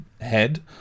head